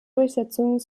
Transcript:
durchsetzung